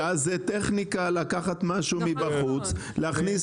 כי אז זאת טכניקה לקחת משהו מבחוץ להכניס